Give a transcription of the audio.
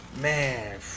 Man